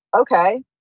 okay